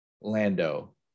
Lando